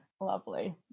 lovely